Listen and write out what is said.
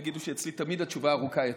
יגידו שאצלי תמיד התשובה ארוכה יותר.